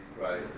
Right